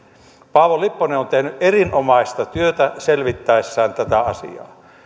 paavo lipponen on tehnyt erinomaista työtä selvittäessään tätä asiaa